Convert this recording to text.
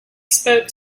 spoke